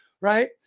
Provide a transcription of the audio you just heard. right